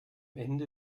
ende